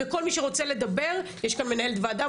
וכל מי שרוצה לדבר - יש כאן מנהלת ועדה,